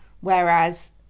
Whereas